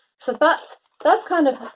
so that's that's kind of